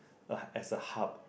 a as a hub